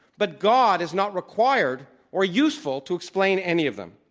but god is not required or useful to explain any of them.